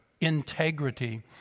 integrity